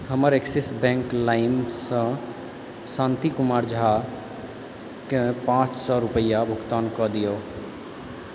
हमर Axis Bank लाइमसँ शान्ति कुमार झाकेँ पाँच सए रूपैआ भुगतान कऽ दियौ